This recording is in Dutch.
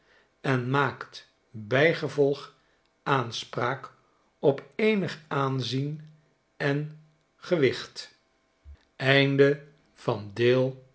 en maakt bijgevolg aanspraak op eenig aanzien en gewicht